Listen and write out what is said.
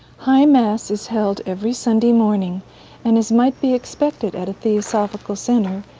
high mass is held every sunday morning and, as might be expected at a theosophical center,